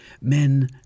Men